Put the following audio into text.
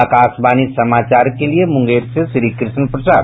आकाशवाणी समाचार के लिये मुंगेर से श्रीकृष्ण प्रसाद